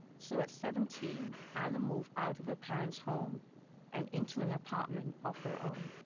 so at seventeen, anna moved out of her parents' home and into an apartment of her own.